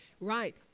Right